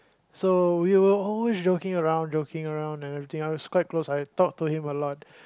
so we were always joking around joking around and everything I was quite close I talk to him a lot